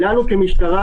כמשטרה,